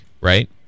right